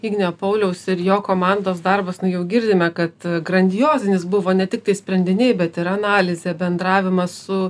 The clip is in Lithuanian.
ignio pauliaus ir jo komandos darbas nu jau girdime kad grandiozinis buvo ne tiktai sprendiniai bet ir analizė bendravimas su